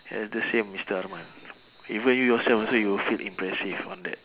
ya is the same mister arman even you yourself also you will feel impressive on that